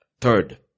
Third